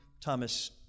Thomas